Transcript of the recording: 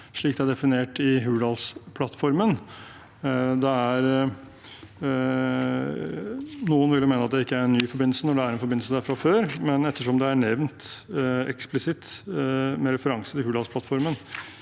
slik det er definert i Hurdalsplattformen. Noen vil mene at det er ikke en ny forbindelse når det er en forbindelse der fra før, men ettersom det er nevnt eksplisitt med referanse til Hurdalsplattformen